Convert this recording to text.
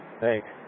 Thanks